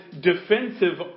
defensive